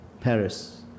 Paris